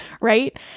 Right